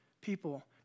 people